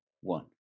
one